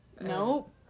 Nope